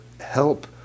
help